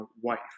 wife